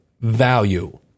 value